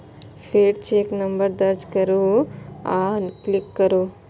फेर check number दर्ज करू आ क्लिक करू